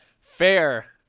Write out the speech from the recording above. fair